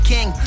King